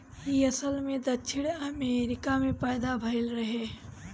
इ असल में दक्षिण अमेरिका में पैदा भइल रहे